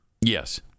Yes